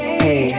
hey